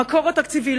המקור התקציבי,